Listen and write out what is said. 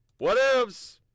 whatevs